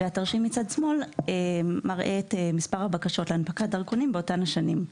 והתרשים מצד שמאל מראה את מספר הבקשות להנפקת דרכונים באותן שנים.